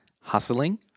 hustling